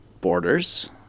borders